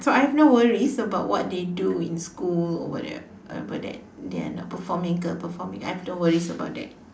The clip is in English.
so I have no worries about what they do in school or whatever whatever that they are not performing ke or performing I have no worries about that